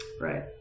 Right